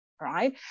right